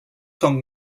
són